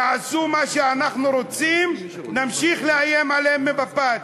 יעשו מה שאנחנו רוצים, נמשיך לאיים עליהם במפץ.